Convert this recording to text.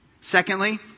Secondly